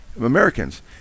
Americans